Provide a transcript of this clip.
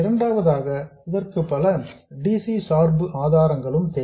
இரண்டாவதாக இதற்கு பல dc சார்பு ஆதாரங்களும் தேவை